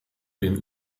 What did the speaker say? den